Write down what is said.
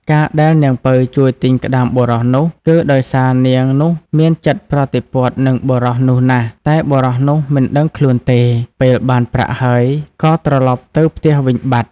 ការដែលនាងពៅជួយទិញក្ដាមបុរសនោះ គឺដោយសារនាងនោះមានចិត្តប្រតិព័ទ្ធនឹងបុរសនោះណាស់ តែបុរសនោះមិនដឹងខ្លួនទេ ពេលបានប្រាក់ហើយក៏ត្រឡប់ទៅផ្ទះវិញបាត់។